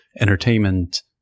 entertainment